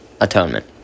atonement